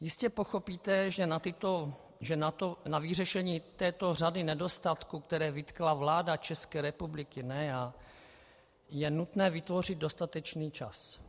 Jistě pochopíte, že na vyřešení této řady nedostatků, které vytkla vláda České republiky, ne já, je nutné vytvořit dostatečný čas.